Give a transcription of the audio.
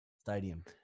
Stadium